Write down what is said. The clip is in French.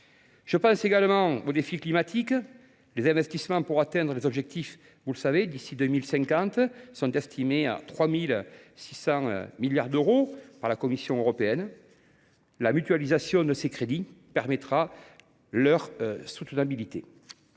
Je pense également au défi climatique : les investissements pour atteindre les objectifs d’ici à 2050 sont estimés à 3 600 milliards d’euros par la Commission européenne. La mutualisation de ces crédits permettra leur soutenabilité.